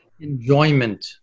enjoyment